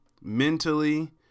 mentally